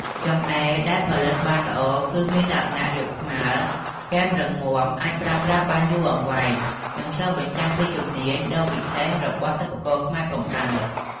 ចង្អេរដែលផលិតបានល្អ គឺមានលក្ខណៈរាបស្មើ គែមរឹងមាំ អាចប្រើប្រាស់បានយូរអង្វែង និងឆ្លុះបញ្ចាំងពីជំនាញដ៏វិសេសរបស់សិប្បករខ្មែរផងដែរ។